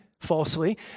falsely